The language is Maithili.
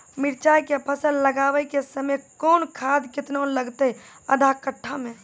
मिरचाय के फसल लगाबै के समय कौन खाद केतना लागतै आधा कट्ठा मे?